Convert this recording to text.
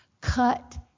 cut